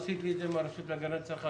עשית לי את זה עם הרשות להגנת הצרכן.